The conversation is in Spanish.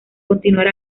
continuar